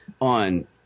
on